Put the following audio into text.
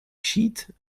sheet